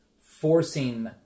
forcing